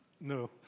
No